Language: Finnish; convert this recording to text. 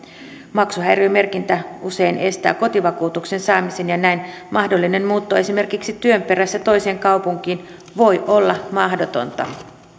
maksuhäiriömerkintä usein estää kotivakuutuksen saamisen ja näin mahdollinen muutto esimerkiksi työn perässä toiseen kaupunkiin voi olla mahdotonta